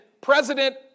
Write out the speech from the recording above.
president